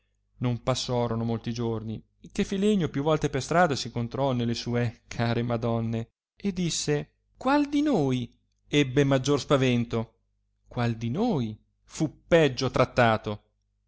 non passorono molti giorni che filenio più volte per strada s incontrò nelle sue care madonne e disse qual di noi ebbe maggior spavento qual di noi fu peggio trattato